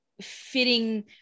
fitting